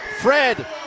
Fred